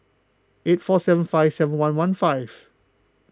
eight four seven five seven one one five